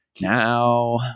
Now